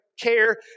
care